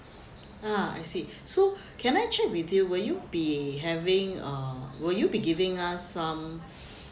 ah I see so can I check with you will you be having uh will you be giving us some